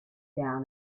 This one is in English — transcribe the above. down